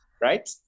right